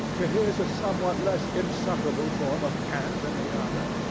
it is a somewhat less insufferable form of cant than the other.